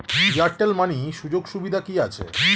Airtel money সুযোগ সুবিধা কি আছে?